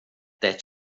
that